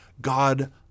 God